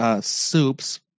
soups